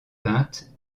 peintes